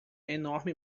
enorme